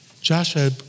Joshua